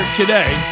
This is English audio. today